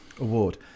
Award